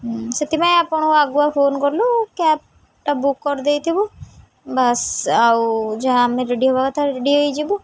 ସେଥିପାଇଁ ଆପଣଙ୍କୁ ଆଗୁଆ ଫୋନ୍ କଲୁ କ୍ୟାବ୍ଟା ବୁକ୍ କରିଦେଇଥିବୁ ବାସ୍ ଆଉ ଯାହା ଆମେ ରେଡ଼ି ହବା କଥା ରେଡ଼ି ହେଇଯିବୁ